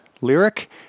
lyric